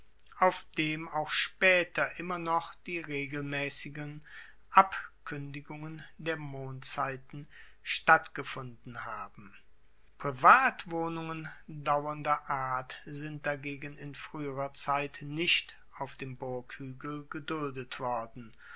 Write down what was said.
auf dem auch spaeter immer noch die regelmaessigen abkuendigungen der mondzeiten stattgefunden haben privatwohnungen dauernder art sind dagegen in frueherer zeit nicht auf dem burghuegel geduldet worden